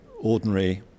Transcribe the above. ordinary